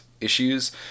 issues